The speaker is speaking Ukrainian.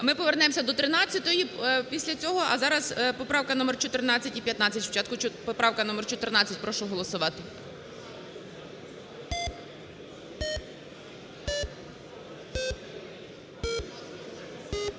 Ми повернемося до 13-ї після цього, а зараз поправки номер 14 і 15. Спочатку поправка номер 14. Прошу голосувати.